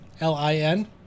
L-I-N